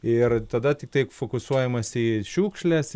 ir tada tiktai fokusuojamasi į šiukšles